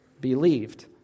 believed